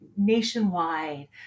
nationwide